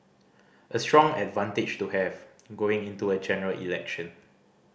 a strong advantage to have going into a General Election